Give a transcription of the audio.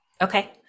Okay